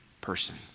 person